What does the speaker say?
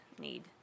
need